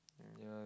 um yeah